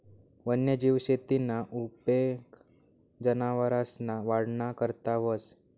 वन्यजीव शेतीना उपेग जनावरसना वाढना करता व्हस